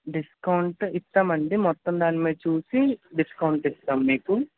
discount ఇస్తామండీ మొత్తం దాని మీద చూసి డిస్కౌంట్ ఇస్తాం మీకు